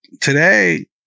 today